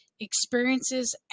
experiences